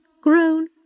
grown